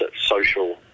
social